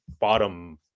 bottom